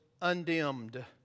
undimmed